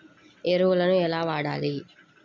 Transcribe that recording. ఎరువులను ఎలా వాడాలి?